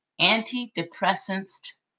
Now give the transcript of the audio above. antidepressants